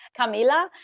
Camila